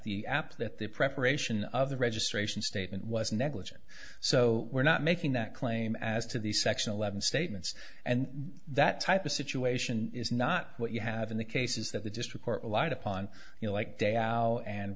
that the preparation of the registration statement was negligent so we're not making that claim as to the section eleven statements and that type of situation is not what you have in the cases that the district court a lot upon you like day out and